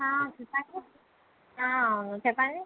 ఆ చెప్పండి ఆ అవును చెప్పండి